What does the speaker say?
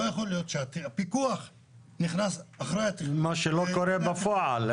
לא יכול להיות שהפיקוח נכנס אחרי --- מה שלא קורה בפועל.